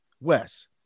Wes